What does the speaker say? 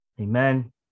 Amen